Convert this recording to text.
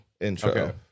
intro